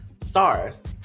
stars